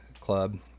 club